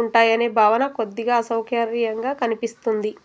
ఉంటాయనే భావన కొద్దిగా అసౌకర్యంగా కనిపిస్తుంది